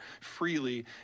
freely